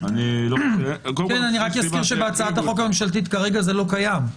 רק אזכיר שבהצעת החוק הממשלתית כרגע זה לא קיים.